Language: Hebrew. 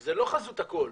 זה לא חזות הכול.